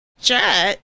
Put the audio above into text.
Jet